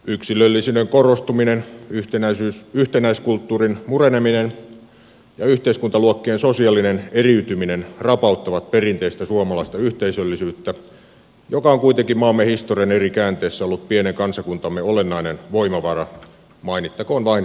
yksilöllisyyden korostuminen yhtenäiskulttuurin mureneminen ja yhteiskuntaluokkien sosiaalinen eriytyminen rapauttavat perinteistä suomalaista yhteisöllisyyttä joka on kuitenkin maamme historian eri käänteissä ollut pienen kansakuntamme olennainen voimavara mainittakoon vain talvisota